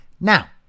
Now